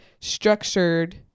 structured